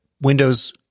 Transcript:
windows